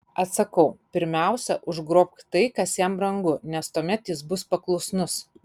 atsakau pirmiausia užgrobk tai kas jam brangu nes tuomet jis bus paklusnus